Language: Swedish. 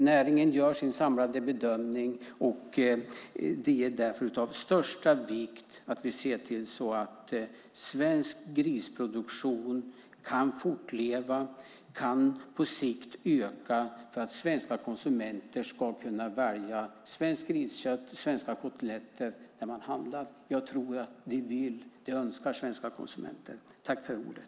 Där gör man en samlad bedömning, och det är därför av största vikt att vi ser till att svensk grisproduktion kan fortleva och på sikt kan öka, för att svenska konsumenter ska kunna välja svenskt griskött och svenska kotletter när man handlar. Jag tror att svenska konsumenter önskar det.